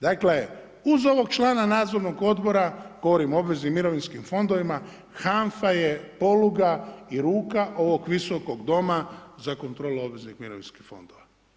Dakle, uz ovog člana nadzornog odbora, govorim o obveznim mirovinskim fondovima, HANFA je poluga i ruka ovog visokog doma za kontrolu obveznih mirovinskih fondova.